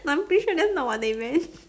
but I am pretty sure thats not what they meant